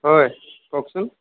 হয় কওকচোন